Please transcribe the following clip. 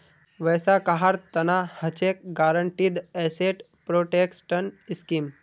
वैसा कहार तना हछेक गारंटीड एसेट प्रोटेक्शन स्कीम